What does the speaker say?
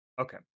Okay